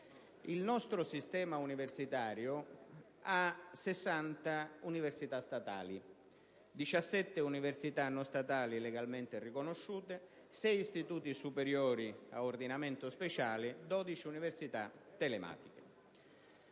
Il nostro sistema universitario ha 60 università statali, 17 non statali legalmente riconosciute, sei istituti superiori ad ordinamento speciale e 12 università telematiche.